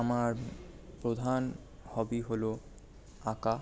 আমার প্রধান হবি হলো আঁকা